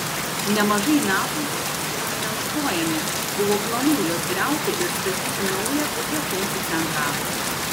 nemažai metų rūmai stovi nenaudojami buvo planų juos griauti ir statyti naują daugiafunkcį centrą